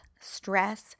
stress